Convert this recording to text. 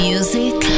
Music